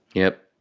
yep,